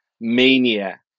mania